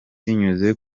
binyuze